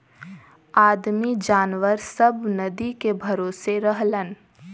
आदमी जनावर सब नदी के भरोसे रहलन